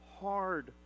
hard